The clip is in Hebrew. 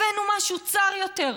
הבאנו משהו צר יותר.